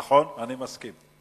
נכון, אני מסכים.